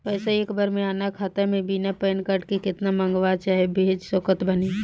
पैसा एक बार मे आना खाता मे बिना पैन कार्ड के केतना मँगवा चाहे भेज सकत बानी?